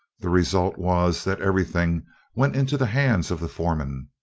the result was that everything went into the hands of the foreman,